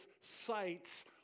sights